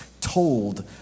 told